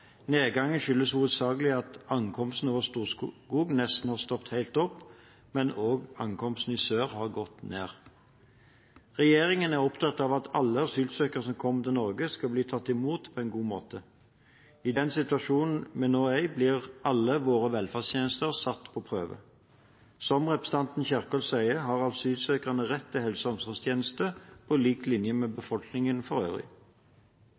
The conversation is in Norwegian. Nedgangen skyldes hovedsakelig at ankomsten over Storskog nesten har stoppet helt opp, men også ankomsten i sør har gått ned. Regjeringen er opptatt av at alle asylsøkere som kommer til Norge, skal bli tatt imot på en god måte. I den situasjonen vi nå er i, blir alle våre velferdstjenester satt på prøve. Som representanten Kjerkol sier, har asylsøkerne rett til helse- og omsorgstjenester på lik linje med befolkningen for øvrig.